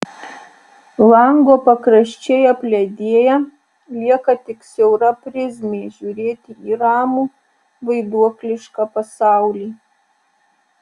lango pakraščiai apledėja lieka tik siaura prizmė žiūrėti į ramų vaiduoklišką pasaulį